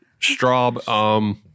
Straub